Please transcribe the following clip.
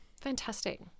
Fantastic